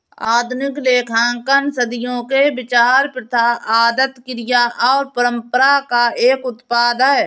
आधुनिक लेखांकन सदियों के विचार, प्रथा, आदत, क्रिया और परंपरा का एक उत्पाद है